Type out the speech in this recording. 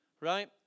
right